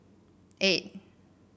eight